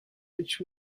which